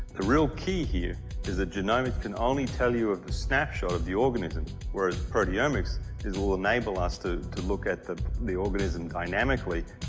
the real key here is that genomics can only tell you of the snapshot of the organism whereas, proteomics will enable us to to look at the the organism dynamically.